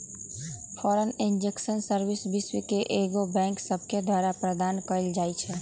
foreign exchange service विश्व के कएगो बैंक सभके द्वारा प्रदान कएल जाइ छइ